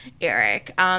Eric